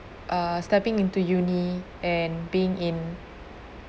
uh stepping into uni and being in